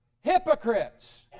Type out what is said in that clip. Hypocrites